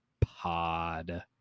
pod